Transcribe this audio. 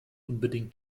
unbedingt